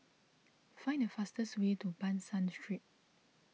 find the fastest way to Ban San Street